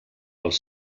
els